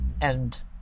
And-